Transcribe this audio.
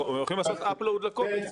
אתה יכולים לעשות up load לקובץ.